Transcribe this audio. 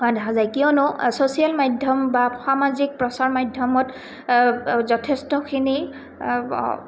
হোৱা দেখা যায় কিয়নো ছ'চিয়েল মাধ্যম বা সামাজিক প্ৰচাৰ মাধ্যমত যথেষ্টখিনি